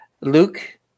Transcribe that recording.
Luke